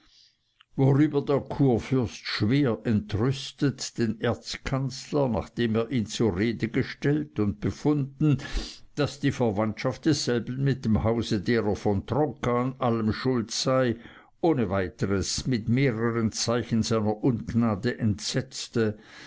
worüber der kurfürst schwer entrüstet den erzkanzler nachdem er ihn zur rede gestellt und befunden daß die verwandtschaft desselben mit dem hause derer von tronka an allem schuld sei ohne weiteres mit mehreren zeichen seiner ungnade entsetzte